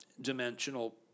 dimensional